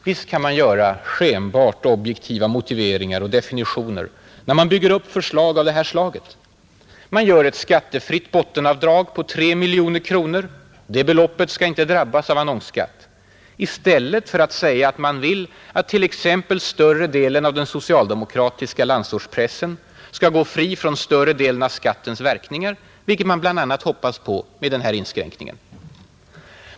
Visst kan man lämna skenbart objektiva motiveringar och definitioner när man bygger upp förslag av det här slaget: Man gör ett skattefritt bottenavdrag på 3 miljoner kronor, det beloppet skall inte drabbas av annonsskatt — i stället för att säga att man vill att t.ex. större delen av den socialdemokratiska landsortspressen skall gå fri från skattens verkningar, vilket man bl.a. hoppas på med denna inskränkning.